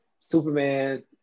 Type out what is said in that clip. Superman